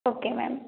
okay ma'am